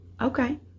Okay